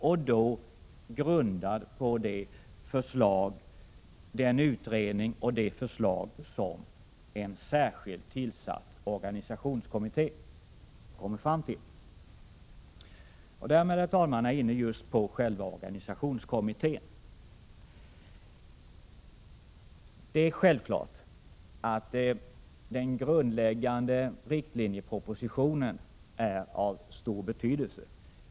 Denna skall grundas på den utredning och det förslag som en särskilt tillsatt organisationskommitté lägger fram. Herr talman! Därmed kommer jag in på själva organisationskommittén. Det är självklart att den grundläggande riktlinjepropositionen är av stor betydelse.